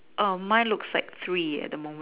um mine looks like three at the moment